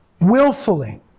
willfully